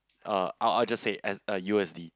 uh I I would just say as uh U_S_D